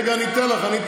רגע, אני אתן לך.